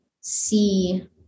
see